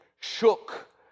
shook